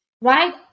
Right